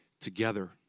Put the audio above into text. together